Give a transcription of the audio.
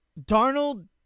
Darnold